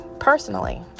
personally